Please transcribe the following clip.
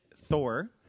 Thor